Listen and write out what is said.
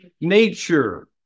nature